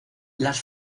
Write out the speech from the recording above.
las